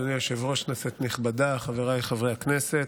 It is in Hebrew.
אדוני היושב-ראש, כנסת נכבדה, חבריי חברי הכנסת,